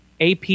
AP